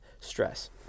stress